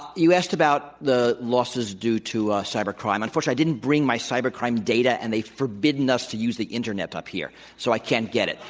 you asked about the losses due to cyber crime. and unfortunately i didn't bring my cyber crime data and they've forbidden us to use the internet up here so i can't get it.